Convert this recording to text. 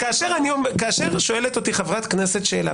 כאשר שואלת אותי חברת כנסת שאלה,